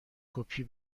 کپی